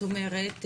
את אומרת,